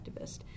activist